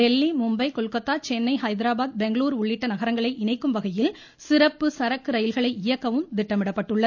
தில்லி மும்பை கொல்கத்தா சென்னை ஹைதராபாத் பெங்களுரூ உள்ளிட்ட நகரங்களை இணைக்கும் வகையில் சிறப்பு சரக்கு ரயில்களை இயக்கவும் திட்டமிடப்பட்டுள்ளது